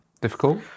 Difficult